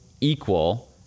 equal